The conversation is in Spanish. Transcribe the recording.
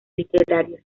literarios